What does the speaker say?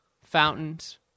Fountains